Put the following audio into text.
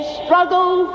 struggle